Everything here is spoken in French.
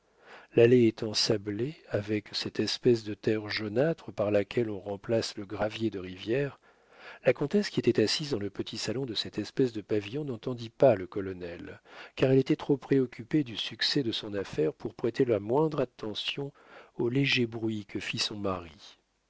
l'allée étant sablée avec cette espèce de terre jaunâtre par laquelle on remplace le gravier de rivière la comtesse qui était assise dans le petit salon de cette espèce de pavillon n'entendit pas le colonel car elle était trop préoccupée du succès de son affaire pour prêter la moindre attention au léger bruit que fit son mari